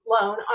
loan